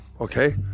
okay